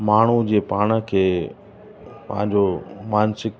माण्हू जे पाण खे पंहिंजो मानसिक